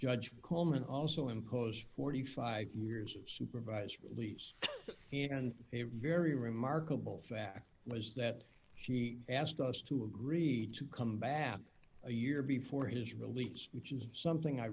judge coleman also impose forty five years of supervised release fee and a very remarkable fact was that she asked us to agreed to come back a year before his release which is something i